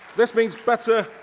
this means better,